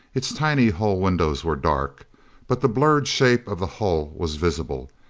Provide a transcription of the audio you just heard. its tiny hull windows were dark but the blurred shape of the hull was visible,